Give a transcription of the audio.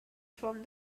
from